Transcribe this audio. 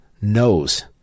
knows